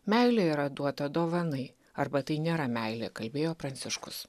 meilė yra duota dovanai arba tai nėra meilė kalbėjo pranciškus